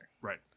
Right